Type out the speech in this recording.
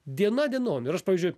diena dienon ir aš pavyzdžiui